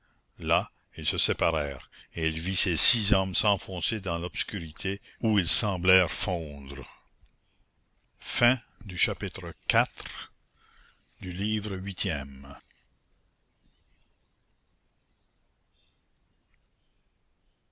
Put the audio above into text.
là ils se séparèrent et elle vit ces six hommes s'enfoncer dans l'obscurité où ils semblèrent fondre chapitre